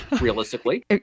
realistically